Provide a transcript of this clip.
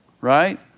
Right